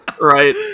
Right